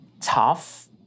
tough